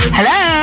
Hello